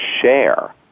share